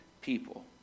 people